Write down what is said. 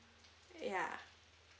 ya